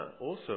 Awesome